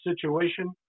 situation